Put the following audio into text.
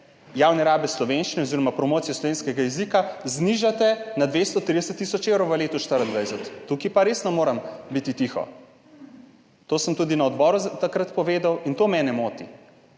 javne rabe slovenščine oziroma promocije slovenskega jezika znižate na 230 tisoč evrov v letu 2024. Tukaj pa res ne morem biti tiho, to sem tudi na odboru takrat povedal in to mene moti.